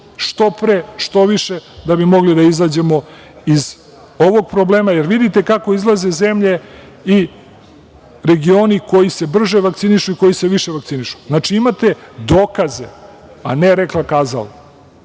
što pre, što više, da bi mogli da izađemo iz ovog problema. Jer, vidite kako izlaze zemlje i regioni koji se brže vakcinišu i koji se više vakcinišu. Znači, imate dokaze, a ne rekla-kazala.